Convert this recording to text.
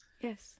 yes